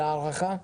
רגע,